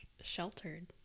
sheltered